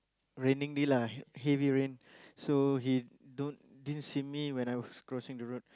raining day lah heavy rain so he don't didn't see me when I was crossing the road